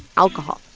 alcohol,